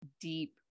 deep